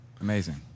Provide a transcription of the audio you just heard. Amazing